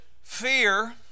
Fear